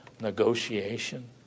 Negotiation